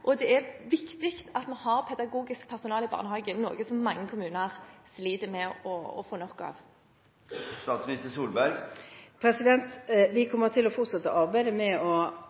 Det er viktig at vi i barnehagene i Norge har pedagogisk personale, som mange kommuner sliter med å få nok av. Vi kommer til å fortsette å arbeide for at flere velger å